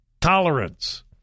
tolerance